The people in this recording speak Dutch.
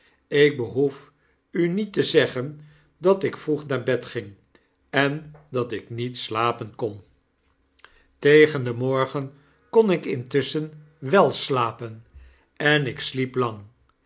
ik behoef u niet te zeggen dat ik vroeg naar bed ging en dat ik niet slapen kon tegen den morgeu kon ik intusschen wel slapen en ik sliep lang